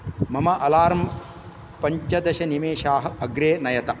मम अलार्म् पञ्चदशनिमेषाः अग्रे नयत